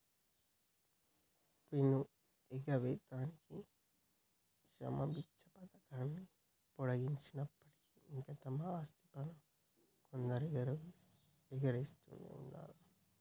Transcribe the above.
పన్ను ఎగవేతకి క్షమబిచ్చ పథకాన్ని పొడిగించినప్పటికీ ఇంకా తమ ఆస్తి పన్నును కొందరు ఎగవేస్తునే ఉన్నరు